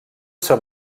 ser